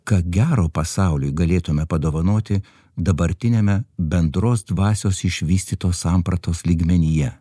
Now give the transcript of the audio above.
ką gero pasauliui galėtume padovanoti dabartiniame bendros dvasios išvystytos sampratos lygmenyje